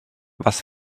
was